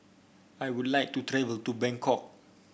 I would like to travel to Bangkok